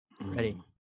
Ready